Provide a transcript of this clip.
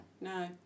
No